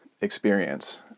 experience